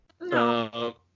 No